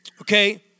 okay